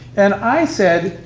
and i said,